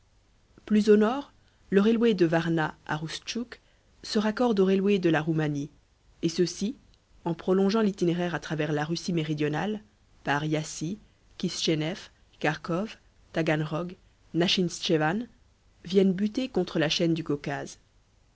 plus au nord le railway de varna à roustchouk se raccorde aux railways de la roumanie et ceux-ci en prolongeant l'itinéraire à travers la russie méridionale par iassi kisscheneff kharkow taganrog nachintschewan viennent buter contre la chaîne du caucase